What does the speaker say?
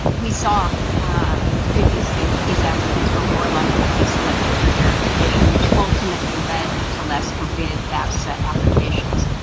we saw previously that these applicants were more likely to be selected for verification, which ultimately led to less completed fafsa applications.